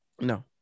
no